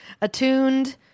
Attuned